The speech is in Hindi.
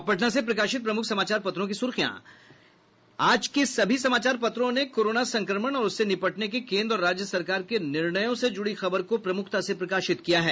अब पटना से प्रकाशित प्रमुख समाचार पत्रों की सुर्खियां आज के सभी समाचार पत्रों ने कोरोना संक्रमण और उससे निपटने के कोन्द्र और राज्य सरकार के निर्णयों से जुड़ी खबर को प्रमुखता से प्रकाशित किया है